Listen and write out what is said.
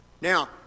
Now